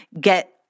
get